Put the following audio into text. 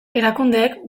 erakundeek